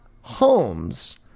homes